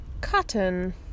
Cotton